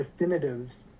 definitives